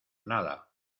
nada